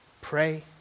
pray